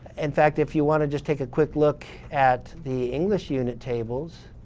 in fact, if you want to just take a quick look at the english unit tables,